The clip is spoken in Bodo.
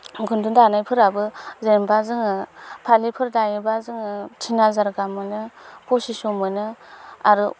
खुन्दुं दानायफोराबो जेनेबा जोङो फालिफोर दायोबा जोङो थिन हाजार गाहाम मोनो फसिस्स' मोनो आरो